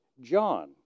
John